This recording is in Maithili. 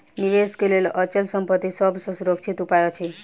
निवेश के लेल अचल संपत्ति सभ सॅ सुरक्षित उपाय अछि